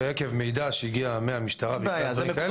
שעקב מידע שהגיע מהמשטרה ומקרים כאלה --- אין בעיה,